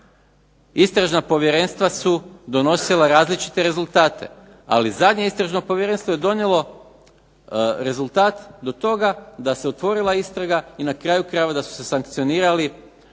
istražna povjerenstva su donosila različite rezultate ali zadnje istražno povjerenstvo je donijelo rezultat do toga da se otvorila istraga i na kraju krajeva da su se sankcionirali